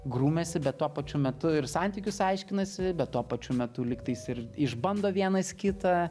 grūmėsi bet tuo pačiu metu ir santykius aiškinasi bet tuo pačiu metu lygtais ir išbando vienas kitą